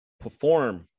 perform